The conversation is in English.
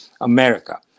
America